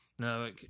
No